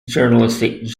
journalistic